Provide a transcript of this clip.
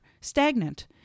stagnant